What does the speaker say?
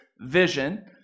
vision